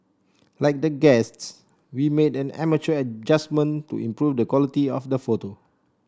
like the guests we made an amateur adjustment to improve the quality of the photo